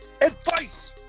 advice